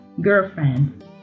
Girlfriend